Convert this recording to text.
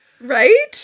Right